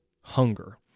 hunger